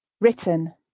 Written